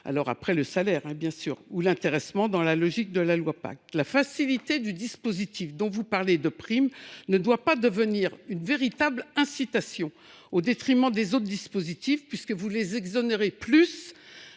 après le salaire, bien sûr, ou l’intéressement, dans la logique de la loi Pacte. La facilité du dispositif de prime dont vous parlez ne doit pas devenir une véritable incitation au détriment des autres dispositifs, puisque vous l’exonérez de